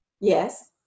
Yes